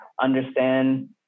understand